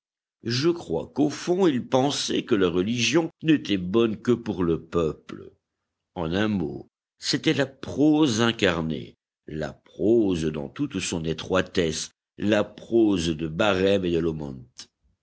je crois qu'au fond il pensait que la religion n'était bonne que pour le peuple en un mot c'était la prose incarnée la prose dans toute son étroitesse la prose de